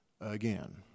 again